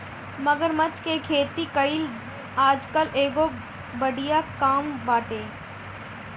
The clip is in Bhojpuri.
मगरमच्छ के खेती कईल आजकल एगो बढ़िया काम बाटे